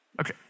Okay